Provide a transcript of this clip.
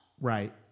Right